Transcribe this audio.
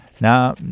Now